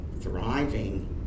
thriving